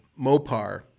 Mopar